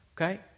okay